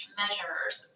measures